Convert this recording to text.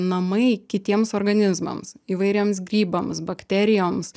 namai kitiems organizmams įvairiems grybams bakterijoms